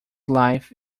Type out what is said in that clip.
life